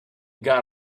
got